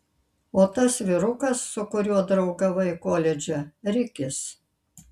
o tas vyrukas su kuriuo draugavai koledže rikis